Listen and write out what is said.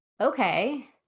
okay